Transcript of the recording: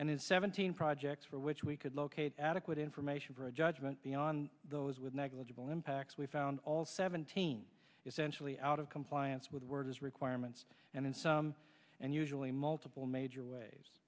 and his seventeen projects for which we could locate adequate information for a judgment beyond those with negligible impacts we found all seventeen essentially out of compliance with word as requirements and in some and usually multiple major wa